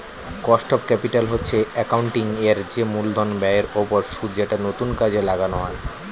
cost of capital হচ্ছে accounting এর যে মূলধন ব্যয়ের ওপর সুদ যেটা নতুন কাজে লাগানো হয়